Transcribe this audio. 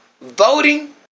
voting